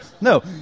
no